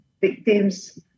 victims